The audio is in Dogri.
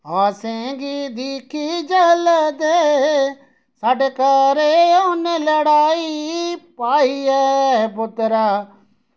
असेंगी दिक्खी जल्दे साढ़े घरे उ'नै लड़ाई पाई ऐ पुत्तरा